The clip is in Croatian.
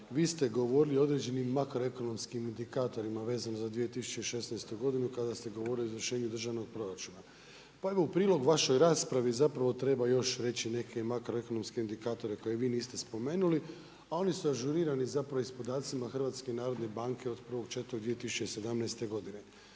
vi ste govorili o određenim makroekonomskim indikatorima vezanim za 2016. godinu kada ste govorilo o izvršenju državnog proračuna. Pa evo u prilog vašoj raspravi, zapravo treba još reći neke makroekonomske indikatore koje vi niste spomenuli, a oni su ažurirani zapravo iz podacima HNB-a od 01.04.2017. godine,